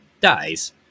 dies